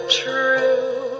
true